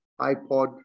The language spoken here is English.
iPod